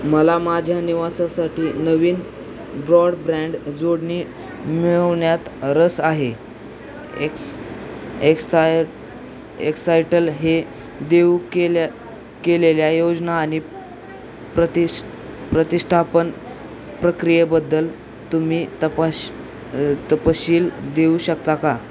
मला माझ्या निवासासाठी नवीन ब्रॉडब्रँड जोडणी मिळवण्यात रस आहे एक्स एक्साय एक्सायटल हे देऊ केल्या केलेल्या योजना आणि प्रतिष प्रतिष्ठापन प्रक्रियेबद्दल तुम्ही तपश तपशील देऊ शकता का